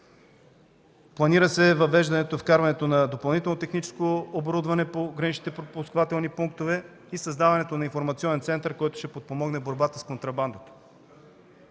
Планира се въвеждането на допълнително техническо оборудване по граничните пропускателни пунктове и създаването на информационен център, който ще подпомогне борбата с контрабандата.